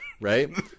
Right